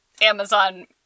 Amazon